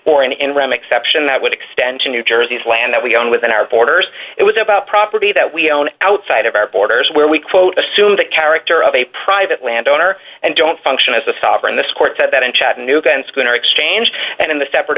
or an in rem exception that would extend to new jersey's land that we own within our borders it was about property that we own outside of our borders where we quote assumed the character of a private landowner and don't function as a sovereign this court said that in chattanooga and skin are exchanged and in the separate